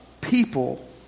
people